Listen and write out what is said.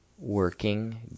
Working